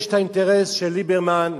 יש האינטרס של ליברמן,